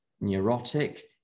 neurotic